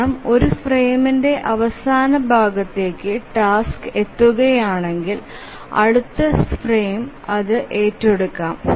കാരണം ഒരു ഫ്രെയിമിന്റെ അവസാനഭാഗത്തേക്ക് ടാസ്ക് എത്തുകയാണെങ്കിൽ അടുത്ത ഫ്രെയിം അത് ഏറ്റെടുക്കാം